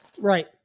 right